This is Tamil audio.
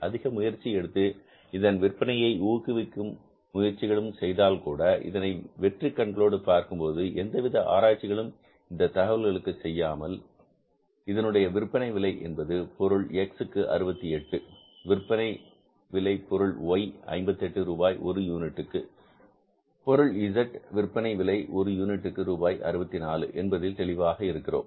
அதிக முயற்சி எடுத்து இதன் விற்பனையை ஊக்குவிக்கும் முயற்சிகள்செய்தாலும்கூட இதனை வெற்று கண்களோடு பார்க்கும் போது எந்தவித ஆராய்ச்சிகளையும் இந்த தகவல்களுக்கு செய்யாமல் இதனுடைய விற்பனை விலை என்பது பொருள் பொருள் X 68 விற்பனை விலை பொருள் Y 58 ரூபாய் ஒரு யூனிட்டுக்கு பொருள் Z விற்பனை விலை ஒரு யூனிட்டிற்கு ரூபாய் 64 என்பதில் தெளிவாக இருக்கிறோம்